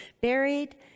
buried